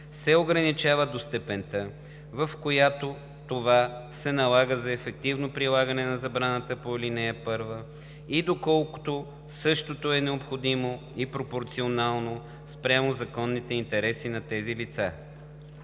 се ограничава до степента, в която това се налага за ефективното прилагане на забраната по ал. 1 и доколкото същото е необходимо и пропорционално спрямо законните интереси на тези лица.“